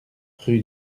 rue